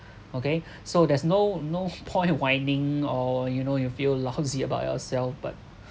okay so there's no no point whining or you know you feel lousy about yourself but